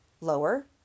lower